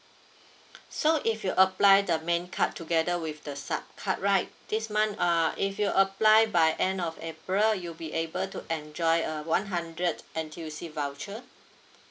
so if you apply the main card together with the sub card right this month err if you apply by end of april you'll be able to enjoy a one hundred N_T_U_C voucher